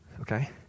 Okay